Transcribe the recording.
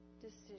decision